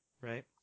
right